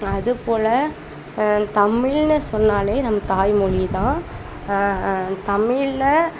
அது போல் தமிழ்னு சொன்னாலே நம்ம தாய்மொழிதான் தமிழ்ல